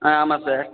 ஆ ஆமாம் சார்